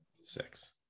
Six